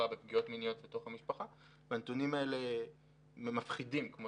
ופגיעות מיניות בתוך המשפחה ואכן הנתונים האלה מפחידים כמו